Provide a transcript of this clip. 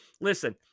listen